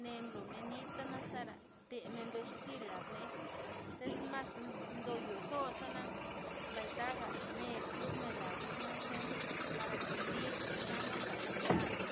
mne blomen nita' zara themen bixtil ladney, tez mas ndo yozosa'na mbay thaga ne tyubmen ladnei za parake mbii, tamod ndaxmen lara'.